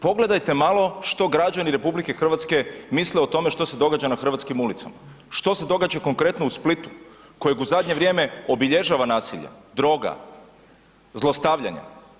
Pogledajte malo što građani RH misle o tome što se događa na hrvatskim ulicama, što se događa konkretno u Splitu kojeg u zadnje vrijeme obilježava nasilje, droga, zlostavljanje.